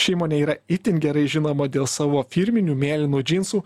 ši įmonė yra itin gerai žinoma dėl savo firminių mėlynų džinsų